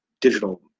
digital